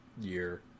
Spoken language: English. year